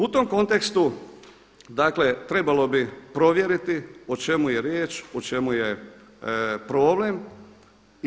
U tom kontekstu dakle trebalo bi provjeriti o čemu je riječ, o čemu je problem.